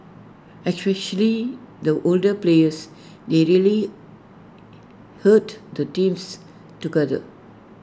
especially the older players they really held the teams together